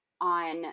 on